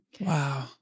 Wow